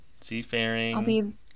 Seafaring